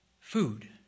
food